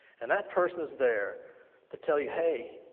and that person is there to tell you, hey,